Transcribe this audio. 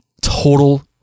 total